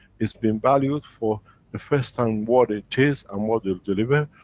it's been valued for the first time what it is and what it'll deliver,